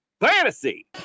Fantasy